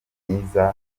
myiza